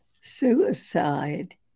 Suicide